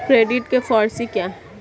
Credit के four C क्या हैं?